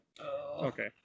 Okay